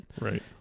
Right